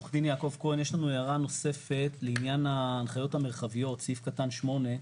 הערה נוספת לענין ההנחיות המרחביות, סעיף קטן 8,